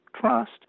Trust